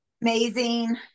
amazing